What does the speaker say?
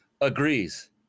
agrees